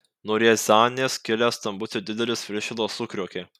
nuo riazanės kilęs stambus ir didelis viršila sukriokė